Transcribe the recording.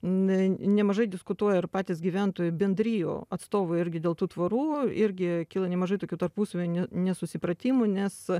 ne nemažai diskutuoja ir patys gyventojai bendrijų atstovai irgi dėl tų tvorų irgi kilo nemažai tokių tarpusavio nesusipratimų nes